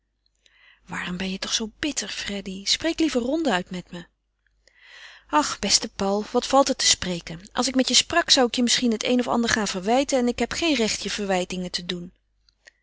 waarom ben je toch zoo bitter freddy spreek liever ronduit met me ach beste paul wat valt er te spreken als ik met je sprak zou ik je misschien het een of ander gaan verwijten en ik heb geen recht je verwijtingen te doen